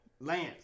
Lance